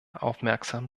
aufmerksam